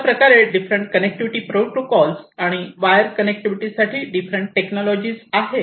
अशाप्रकारे different connectivity protocol आणि wire connectivity साठी डिफरंट टेक्नॉलॉजी आहेत